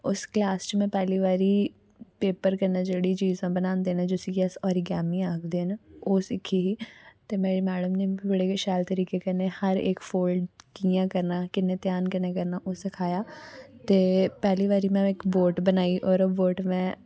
उस क्लास च में पैह्ली बारी पेपर कन्नै जेह्ड़ी चीजां बनांदे न जिसी की अस अरगैमी आखदे न ओह् सिक्खी ही ते मिगी मेरी मैड़म नै बड़े गै शैल करीके कन्नै हर इक फोल्ड कियां करना किन्ने ध्यान कन्नै करना ओह् सखाया ते पैह्ली बारी में इक बोट बनाई ते ओह् बोट में